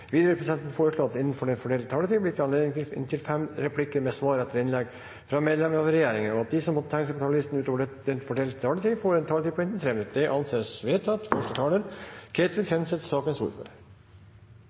Videre vil presidenten foreslå at det – innenfor den fordelte taletid – blir gitt anledning til inntil fem replikker med svar etter innlegg fra medlemmer av regjeringen, og at de som måtte tegne seg på talerlisten utover den fordelte taletid, får en taletid på inntil 3 minutter. – Det anses vedtatt. Første taler er sakens ordfører, Ketil